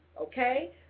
okay